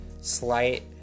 slight